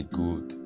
good